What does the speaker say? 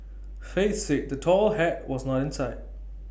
faith said the tall hat was not in sight